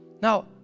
Now